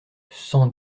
sans